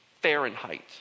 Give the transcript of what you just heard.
Fahrenheit